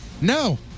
no